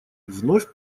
вновь